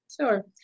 Sure